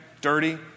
dirty